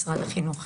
משרד החינוך.